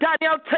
Daniel